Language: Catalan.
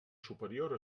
superior